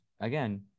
Again